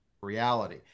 reality